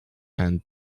and